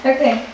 Okay